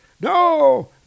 No